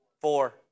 four